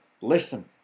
listen